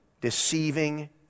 deceiving